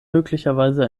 möglicherweise